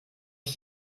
ich